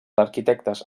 arquitectes